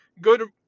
good